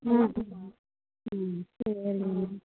ம் ம் ம்